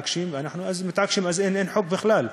ואנחנו אז מתעקשים, אז אין חוק בכלל,